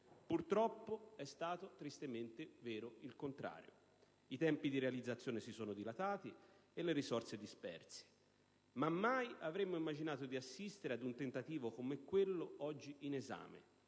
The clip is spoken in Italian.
Purtroppo, è stato tristemente vero il contrario: i tempi di realizzazione si sono dilatati e le risorse si sono disperse; ma mai avremo immaginato di assistere a un tentativo, come quello oggi in esame,